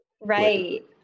Right